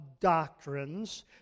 doctrines